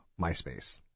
MySpace